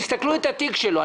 תסתכלו על התיק שלו,